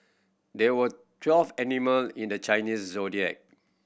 there were twelve animal in the Chinese Zodiac